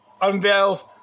unveils